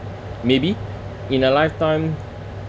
maybe in a lifetime